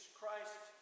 Christ